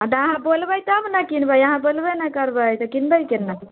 अहाँ बोलबै तब ने किनबै अहाँ बोलबे नहि करबै तऽ किनबै केना